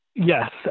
Yes